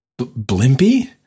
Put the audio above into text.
Blimpy